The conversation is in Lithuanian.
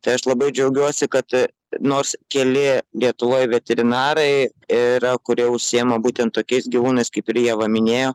tai aš labai džiaugiuosi kad nors keli lietuvoj veterinarai yra kurie užsiėma būtent tokiais gyvūnais kaip ir ieva minėjo